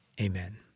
Amen